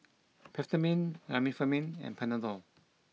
Peptamen Remifemin and Panadol